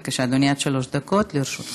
בבקשה, אדוני, עד שלוש דקות לרשותך.